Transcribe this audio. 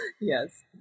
Yes